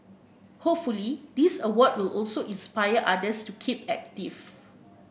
hopefully this award will also inspire others to keep active